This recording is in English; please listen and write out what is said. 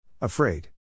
Afraid